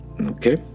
Okay